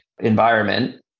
environment